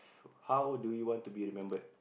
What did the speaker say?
how do you want to be remembered